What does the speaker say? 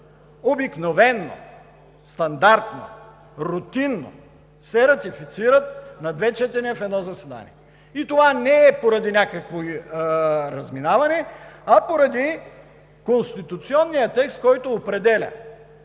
обикновено, стандартно, рутинно се ратифицират на две четения в едно заседание. И това не е поради някакво разминаване, а поради конституционния текст, който определя,